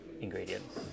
ingredients